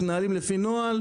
מתנהלים לפי נוהל.